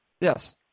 Yes